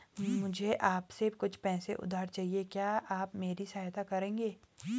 मुझे आपसे कुछ पैसे उधार चहिए, क्या आप मेरी सहायता करेंगे?